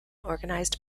organized